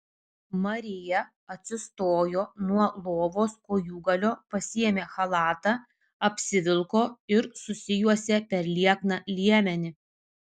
marija atsistojo nuo lovos kojūgalio pasiėmė chalatą apsivilko ir susijuosė per liekną liemenį